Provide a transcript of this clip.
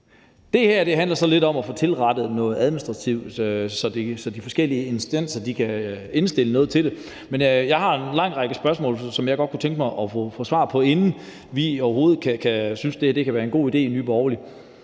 Det her handler så lidt om at få tilrettet noget administrativt, så de forskellige instanser kan indstille noget til det, men jeg har en lang række spørgsmål, som jeg godt kunne tænke mig at få svar på, inden vi overhovedet synes, at det her kan være en god idé i Nye Borgerlige.